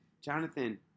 Jonathan